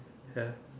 ya